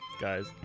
guys